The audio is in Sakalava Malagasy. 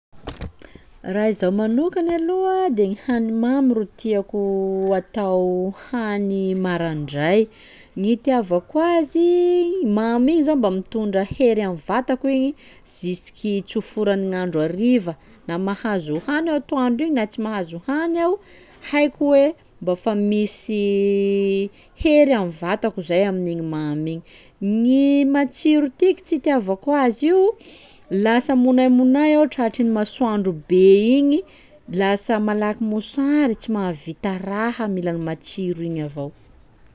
Raha izaho manokany aloha de gny hany mamy ro tiako atao hany marandray, gny itiavako azy mamy igny zao mba mitondra hery amy vatako igny jusky tsy ho foran'gn'andro hariva, na mahazo hany atoandro na tsy mahazo hany aho haiko hoe mba fa misy hery amy vatako zay amin'igny mamy igny; gny matsiro tiky tsy itiavakao azy io lasa monaimonay aho tratry ny masoandro be igny, lasa malaky mosary tsy mahavita raha, mila ny matsiro igny avao.